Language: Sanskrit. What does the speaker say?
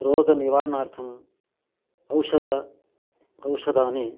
रोगनिवारणार्थम् औषधं औषधानि